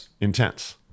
intense